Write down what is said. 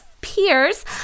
peers